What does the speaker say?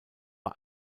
bei